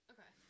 Okay